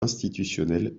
institutionnelle